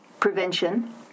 Prevention